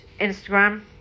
Instagram